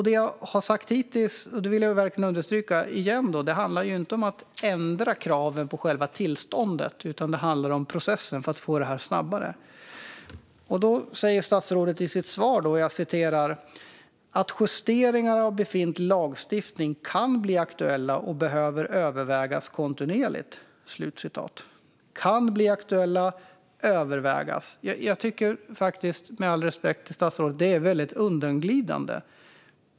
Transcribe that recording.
Det jag har sagt hittills - och det vill jag verkligen understryka igen - handlar inte om att ändra kravet på själva tillståndet, utan det handlar om processen för att få det att gå snabbare. Statsrådet säger i sitt svar "att justeringar av befintlig lagstiftning kan bli aktuella och behöver övervägas kontinuerligt". De "kan bli aktuella" och "behöver övervägas". Med all respekt, statsrådet, är det väldigt undanglidande.